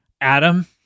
Adam